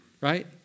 right